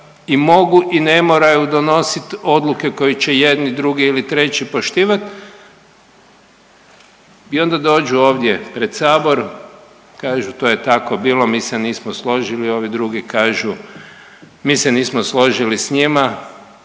i mogu i ne moraju donositi odluke koje će jedni, drugi ili treći poštivati? I onda dođu ovdje pred Sabor kažu to je tako bilo mi se nismo složiti. Ovi drugi kažu mi se nismo složili s njima.